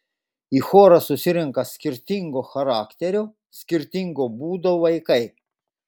į chorą susirenka skirtingo charakterio skirtingo būdo vaikai